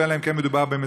אלא אם כן מדובר במזונות?